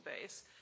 base